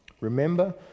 Remember